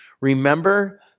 Remember